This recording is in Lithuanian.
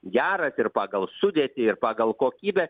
geras ir pagal sudėtį ir pagal kokybę